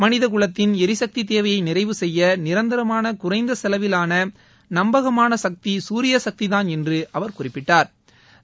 மனிதக்குலத்தின் எரிசக்தி தேவையை நிறைவுசெய்ய நிரந்தரமான குறைந்த செலவிலான நம்பகமான சக்தி சூரியசக்திதான் என்று அவர் குறிப்பிட்டா்